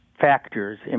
factors